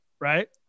right